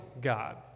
God